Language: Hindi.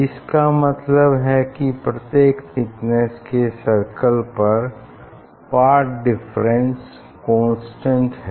इसका मतलब है कि प्रत्येक थिकनेस के सर्कल पर पाथ डिफरेंस कांस्टेंट है